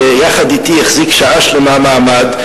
שיחד אתי החזיק שעה שלמה מעמד,